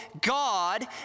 God